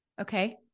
Okay